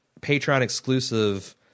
Patreon-exclusive